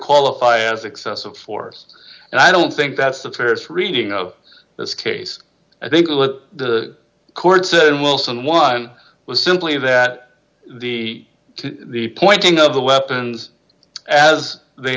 qualify as excessive force and i don't think that's the tears reading of this case i think what the court said wilson one was simply that the the pointing of the weapons as they